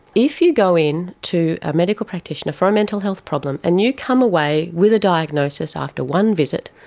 if you go in to a medical practitioner for a mental health problem and you come away with a diagnosis after one visit,